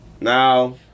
Now